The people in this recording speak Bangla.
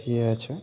ঠিক আছে